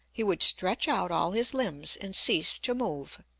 he would stretch out all his limbs and cease to move,